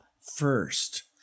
First